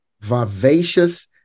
vivacious